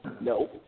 No